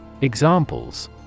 Examples